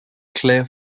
clear